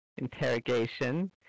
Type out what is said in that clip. interrogation